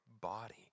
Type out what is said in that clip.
body